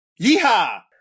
Yeehaw